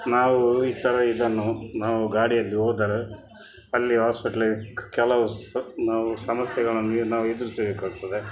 ನಾವು ಈ ಥರ ಇದನ್ನು ನಾವು ಗಾಡಿಯಲ್ಲಿ ಹೋದರೆ ಅಲ್ಲಿ ಹಾಸ್ಪಿಟ್ಲಿಗೆ ಕೆಲವು ಸ್ ನಾವು ಸಮಸ್ಯೆಗಳನ್ನು ನಾವು ಎದುರಿಸಬೇಕಾಗ್ತದೆ